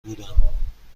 بودم